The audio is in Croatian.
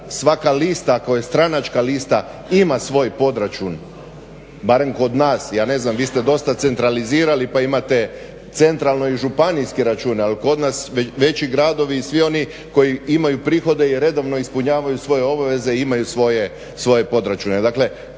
svaka lista, ako je stranačka lista ima svoj podrčun, barem kod nas. Ja ne znam, vi ste dosta centralizirali pa imate centralno i županijske račune, ali kod nas veći gradovi i svi oni koji imaju prihode i redovno ispunjavaju svoje obveze imaju svoje podrčaune.